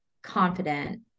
confident